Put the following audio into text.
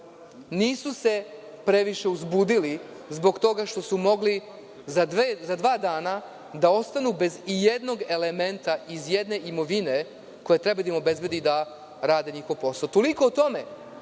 Nisu se previše uzbudili zbog toga što su mogli za dva dana da ostanu bez ijednog elementa iz jedne imovine koja treba da im obezbedi da rade njihov posao. Toliko o ovom